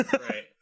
Right